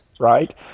right